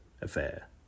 affair